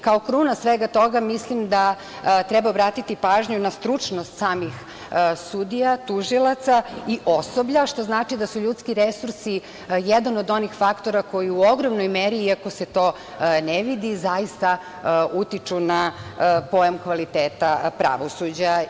Kao kruna svega toga, mislim da treba obratiti pažnju na stručnost samih sudija, tužilaca i osoblja, što znači da su ljudski resursi jedan od onih faktora koji u ogromnoj meri, iako se to ne vidi, zaista utiču na pojam kvaliteta pravosuđa.